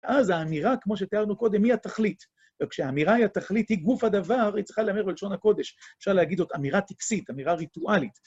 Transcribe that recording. אז האמירה, כמו שתיארנו קודם, היא התכלית. וכשאמירה היא התכלית, היא גוף הדבר, היא צריכה להאמר בלשון הקודש. אפשר להגיד אותה אמירה טקסית, אמירה ריטואלית.